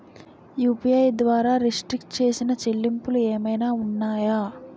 UPI ద్వారా restrict చేసిన చెల్లింపులు ఏమైనా ఉన్నాయా?